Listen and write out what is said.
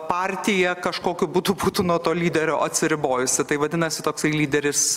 partija kažkokiu būdu būtų nuo to lyderio atsiribojusi tai vadinasi toksai lyderis